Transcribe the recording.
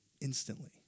instantly